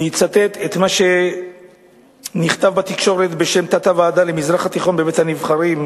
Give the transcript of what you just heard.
אני אצטט את מה שנכתב בתקשורת בשם התת-ועדה למזרח התיכון בבית-הנבחרים,